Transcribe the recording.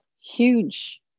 huge